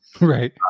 Right